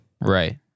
right